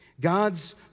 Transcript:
God's